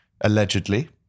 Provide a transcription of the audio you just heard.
allegedly